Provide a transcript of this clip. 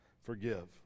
forgive